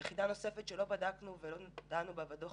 יחידה נוספת שלא בדקנו ולא דנו בה בדוח